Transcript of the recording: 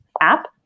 app